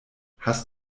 hast